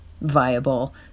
viable